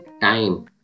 time